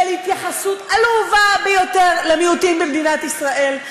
של התייחסות עלובה ביותר למיעוטים במדינת ישראל,